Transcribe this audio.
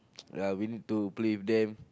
ya we need to play with them